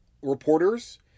Reporters